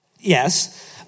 yes